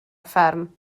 fferm